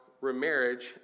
remarriage